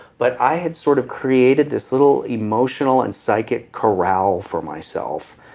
but i had sort of created this little emotional and psychic chorale for myself.